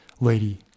lady